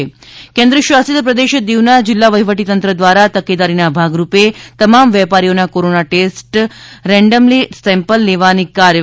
Diu corona કેન્દ્રશાસિત પ્રદેશ દિવના જિલ્લા વહિવટીતંત્ર દ્વારા તકેદારીના ભાગરૂપે તમામ વેપારીઓના કોરોના ટેસ્ટ રેન્ડમલી સેમ્પલ લેવાની કાર્યવાહી હાથ ધરાય છે